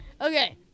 Okay